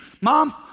mom